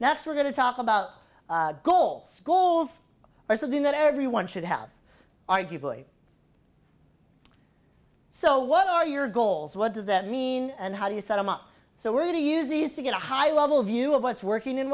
next we're going to talk about goal schools or something that everyone should have arguably so what are your goals what does that mean and how do you set them up so we're going to use these to get a high level view of what's working and